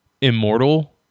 immortal